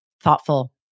thoughtful